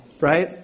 right